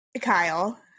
Kyle